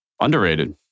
Underrated